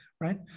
right